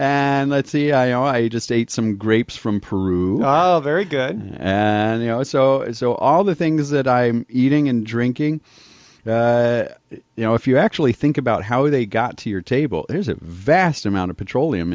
and let's see i i just ate some grapes from peru very good and you know so so all the things that i'm eating and drinking you know if you actually think about how they got to your table there's a vast amount of petroleum